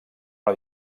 una